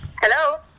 Hello